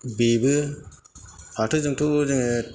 बेबो फाथोजोंथ' जोङो